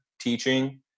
teaching